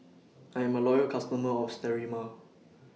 I'm A Loyal customer of Sterimar